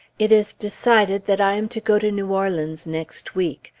it is decided that i am to go to new orleans next week.